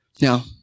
Now